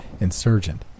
insurgent